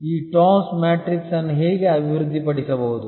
ಈ TOWS matrix ಅನ್ನು ಹೇಗೆ ಅಭಿವೃದ್ಧಿಪಡಿಸಬಹುದು